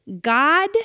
God